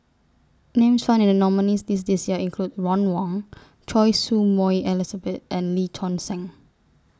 Names found in The nominees' list This Year include Ron Wong Choy Su Moi Elizabeth and Lee Choon Seng